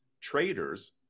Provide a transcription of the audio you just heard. Traders